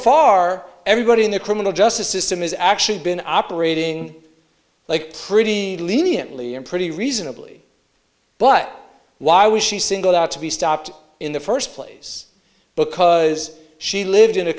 far everybody in the criminal justice system has actually been operating like pretty lenient lee and pretty reasonably but why was she singled out to be stopped in the first place because she lived in a